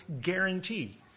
guarantee